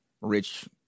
rich